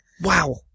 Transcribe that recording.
Wow